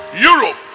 Europe